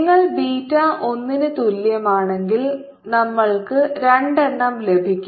നിങ്ങൾ ബീറ്റ ഒന്നിന് തുല്യമാണെങ്കിൽ നമ്മൾക്ക് രണ്ടെണ്ണം ലഭിക്കും